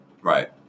Right